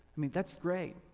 i mean that's great.